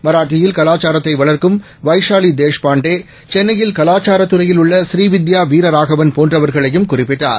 மராத்தியில்கலாசாரத்தைவளர்க்கும்வைஷாலிதேஷ்பாண் டே சென்னையில்கலாசாரத்துறையில்உள்ளழூீவித்யாவீரராகவ ன்போன்றவர்களையும்குறிப்பிட்டார்